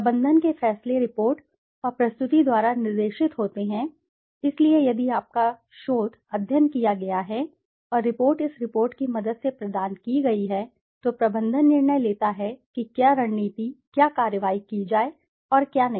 प्रबंधन के फैसले रिपोर्ट और प्रस्तुति द्वारा निर्देशित होते हैं इसलिए यदि आपका शोध अध्ययन किया गया है और रिपोर्ट इस रिपोर्ट की मदद से प्रदान की गई है तो प्रबंधन निर्णय लेता है कि क्या रणनीति क्या कार्रवाई की जाए और क्या नहीं